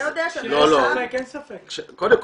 אתה יודע --- כשיש ספק אין ספק ומפנים.